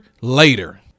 later